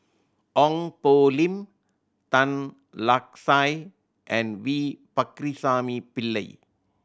Ong Poh Lim Tan Lark Sye and V Pakirisamy Pillai